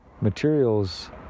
materials